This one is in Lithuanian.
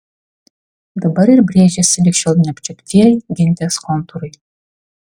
dabar ir brėžiasi lig šiol neapčiuoptieji gintės kontūrai